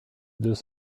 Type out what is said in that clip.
deux